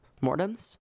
Mortems